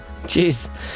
Jeez